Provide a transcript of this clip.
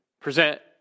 present